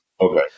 okay